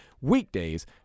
weekdays